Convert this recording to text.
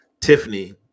Tiffany